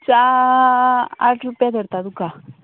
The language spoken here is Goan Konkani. च्या आठ रुपया धरता तुका